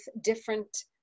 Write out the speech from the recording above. different